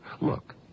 Look